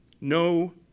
No